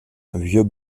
vieux